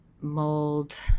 mold